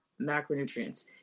macronutrients